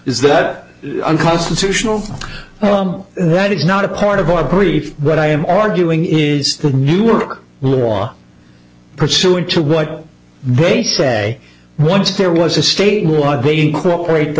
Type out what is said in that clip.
is that unconstitutional oh um that is not a part of our brief but i am arguing is the new work law pursuant to what they say once there was a state law be incorporated the